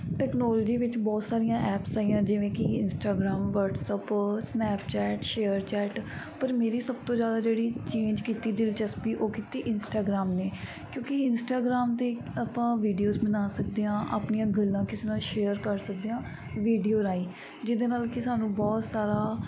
technology ਵਿੱਚ ਬਹੁਤ ਸਾਰੀਆਂ ਐਪਸ ਆਈਆਂ ਜਿਵੇਂ ਕਿ ਇੰਸਟਾਗ੍ਰਾਮ ਵਟਸਅੱਪ ਸਨੈਪਚੈਟ ਸ਼ੇਅਰਚੈਟ ਪਰ ਮੇਰੀ ਸਭ ਤੋਂ ਜ਼ਿਆਦਾ ਜਿਹੜੀ ਚੇਂਜ ਕੀਤੀ ਦਿਲਚਸਪੀ ਉਹ ਕੀਤੀ ਇੰਸਟਾਗ੍ਰਾਮ ਨੇ ਕਿਉਂਕਿ ਇੰਸਟਾਗ੍ਰਾਮ 'ਤੇ ਆਪਾਂ ਵੀਡੀਓਸ ਬਣਾ ਸਕਦੇ ਹਾਂ ਆਪਣੀਆਂ ਗੱਲਾਂ ਕਿਸੇ ਨਾਲ ਸ਼ੇਅਰ ਕਰ ਸਕਦੇ ਹਾਂ ਵੀਡੀਓ ਰਾਹੀਂ ਜਿਹਦੇ ਨਾਲ ਕਿ ਸਾਨੂੰ ਬਹੁਤ ਸਾਰਾ